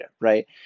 right